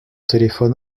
téléphone